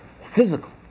physical